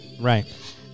Right